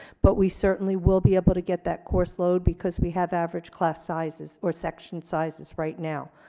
but we certainly will be able to get that course load because we have average class sizes or section sizes right now.